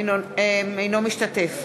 אינו משתתף